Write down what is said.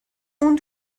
اون